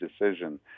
decision